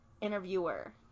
interviewer